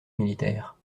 militaire